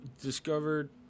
discovered